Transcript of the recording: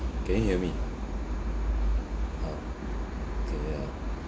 can you hear me orh okay yeah